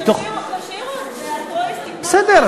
אז תשאירו את זה אלטרואיזם, בסדר.